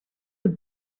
het